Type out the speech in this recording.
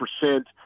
percent